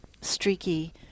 streaky